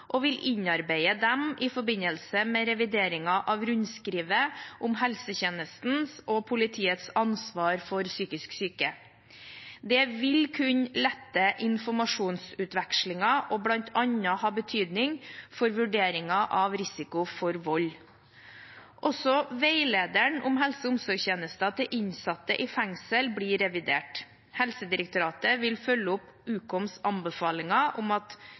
og vil innarbeide dem i forbindelse med revideringen av rundskrivet om helsetjenestens og politiets ansvar for psykisk syke. Det vil kunne lette informasjonsutvekslingen og bl.a. ha betydning for vurderingen av risiko for vold. Også veilederen om helse- og omsorgstjenester til innsatte i fengsel blir revidert. Helsedirektoratet vil følge opp Ukoms anbefalinger om at